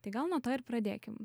tai gal nuo to ir pradėkim